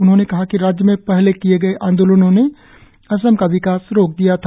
उन्होंने कहा कि राज्य में पहले किए गए आंदोलनों ने असम का विकास रोक दिया था